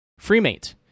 Freemate